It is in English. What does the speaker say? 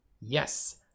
Yes